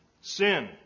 sin